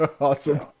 Awesome